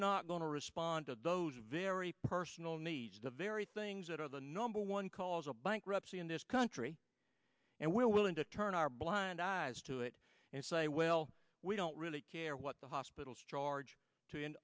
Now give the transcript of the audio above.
not going to respond to those very personal needs the very things that are the number one cause of bankruptcy in this country and we're willing to turn our blind eyes to it and say well we don't really care what the hospitals charge to an